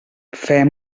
fem